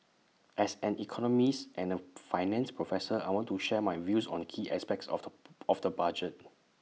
as an economist and A finance professor I want to share my views on key aspects of the of the budget